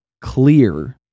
clear